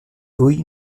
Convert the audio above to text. hui